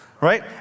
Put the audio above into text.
right